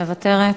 מוותרת,